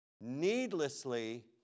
needlessly